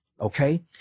Okay